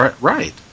Right